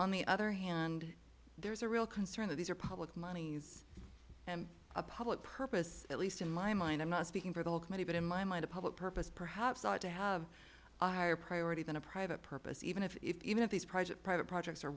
on the other hand there's a real concern that these are public monies and a public purpose at least in my mind i'm not speaking for the whole committee but in my mind a public purpose perhaps ought to have a higher priority than a private purpose even if even if these private private projects are